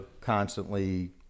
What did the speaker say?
constantly